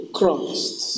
Christ